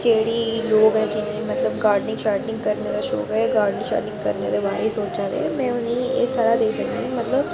जेह्ड़ी लोग अज्ज मतलब गार्डिंग शाडिंग करने दा शौंक ऐ एह् गार्डिंग शाडिंग करने दे बारे च सोचै दे में उनें गी एह् सलाह् देई सकनी मतलब